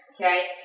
Okay